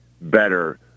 better